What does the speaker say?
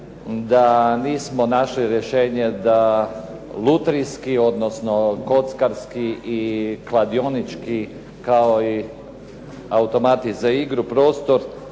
da nismo našli rješenje da lutrijski, odnosno kockarski i kladionički, kao i automati za igru prostor